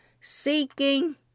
Seeking